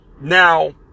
Now